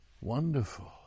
Wonderful